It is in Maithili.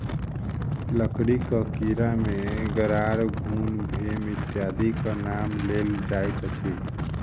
लकड़ीक कीड़ा मे गरार, घुन, भेम इत्यादिक नाम लेल जाइत अछि